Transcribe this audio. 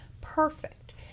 perfect